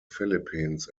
philippines